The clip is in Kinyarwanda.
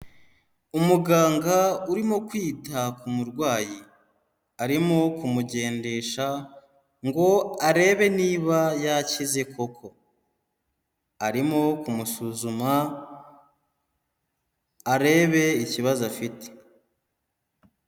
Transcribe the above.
Umuganga urimo kwita ku murwayi; arimo kumugendesha, ngo arebe niba yakize koko. Arimo kumusuzuma, arebe ikibazo afite.